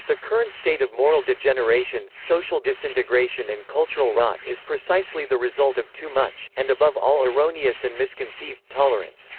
the current state of moral degeneration, social disintegration and cultural rot is precisely the result of too much and above all erroneous and misconceived tolerance.